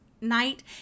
night